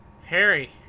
Harry